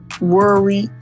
worry